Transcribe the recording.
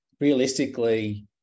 Realistically